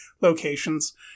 Locations